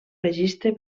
registre